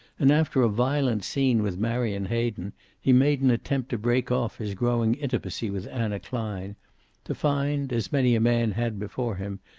and after a violent scene with marion hayden he made an attempt to break off his growing intimacy with anna klein to find, as many a man had before him,